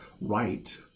right